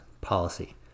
policy